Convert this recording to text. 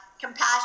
compassion